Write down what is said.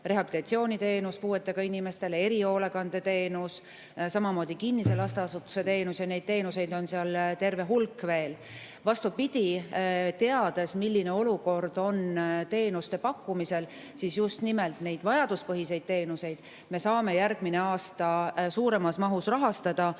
rehabilitatsiooniteenus puuetega inimestele, erihoolekandeteenus, kinnise lasteasutuse teenus ja neid on seal terve hulk veel. Vastupidi, teades, milline olukord on teenuste pakkumisel, just nimelt neid vajaduspõhiseid teenuseid me saame järgmisel aastal suuremas mahus rahastada.